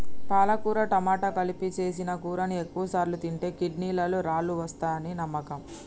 పాలకుర టమాట కలిపి సేసిన కూరని ఎక్కువసార్లు తింటే కిడ్నీలలో రాళ్ళు వస్తాయని నమ్మకం